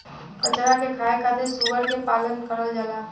कचरा के खाए खातिर सूअर के पालन करल जाला